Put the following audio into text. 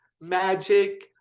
magic